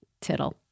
Tittle